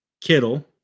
Kittle